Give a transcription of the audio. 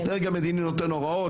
הדרג המדיני נותן הוראות